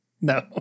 No